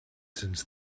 cents